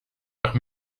nach